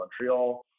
Montreal